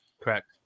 Correct